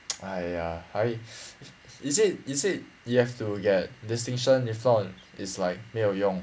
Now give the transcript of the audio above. !aiya! !hais! is it you said you have to get distinction if not is like 没有用